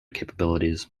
capabilities